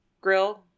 grill